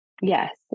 Yes